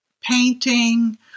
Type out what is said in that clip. painting